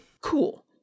cool